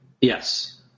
Yes